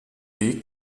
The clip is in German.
weg